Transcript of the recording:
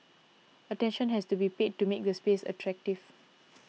attention has to be paid to make the space attractive